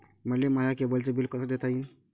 मले माया केबलचं बिल कस देता येईन?